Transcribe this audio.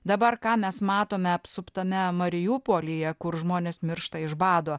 dabar ką mes matome apsuptame marijupolyje kur žmonės miršta iš bado